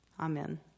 Amen